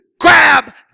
grab